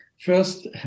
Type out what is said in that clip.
First